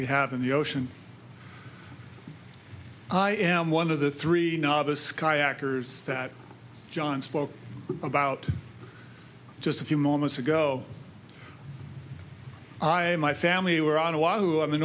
we have in the ocean i am one of the three novice kayakers that john spoke about just a few moments ago i and my family were on a while